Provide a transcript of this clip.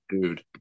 dude